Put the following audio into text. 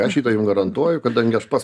aš šitą jum garantuoju kadangi aš pats